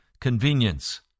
convenience